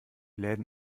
läden